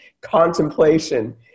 contemplation